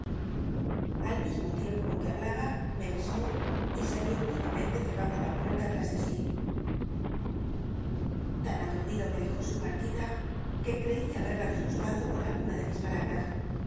al mismo ticnrpo que hablaba me besó y salió vivamente cci'l'ando la pucrta dctr is de si tlido me dejó su partida que creí hatan atu r berla disguslado con alguna de mis palabras